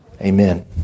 amen